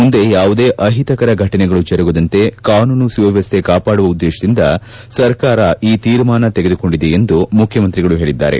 ಮುಂದೆ ಯಾವುದೇ ಅಹಿತಕರ ಘಟನೆಗಳು ಜರುಗದಂತೆ ಕಾನೂನು ಸುವ್ಯವಸ್ಥೆ ಕಾಪಾಡುವ ಉದ್ದೇಶದಿಂದ ಸರ್ಕಾರ ಈ ತೀರ್ಮಾನ ತೆಗೆದುಕೊಂಡಿದೆ ಎಂದು ಮುಖ್ಯಮಂತ್ರಿಗಳು ಹೇಳಿದರು